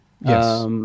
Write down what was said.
Yes